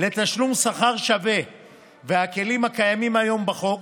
לתשלום שכר שווה והכלים הקיימים היום בחוק,